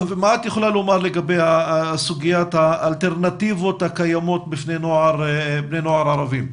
מה את יכולה לומר לגבי סוגיית האלטרנטיבות הקיימות בפני בני נוער ערבי?